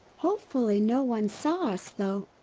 hopefully no one saw us though.